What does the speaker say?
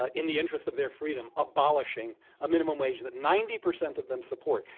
ah in the interests of their freedom, abolishing a minimum wage that ninety percent of them support.